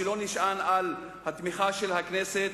שלא נשען על התמיכה של הכנסת?